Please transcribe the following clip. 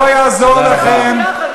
לא יעזור לכם,